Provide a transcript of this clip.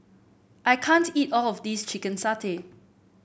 I can't eat all of this Chicken Satay